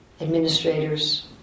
administrators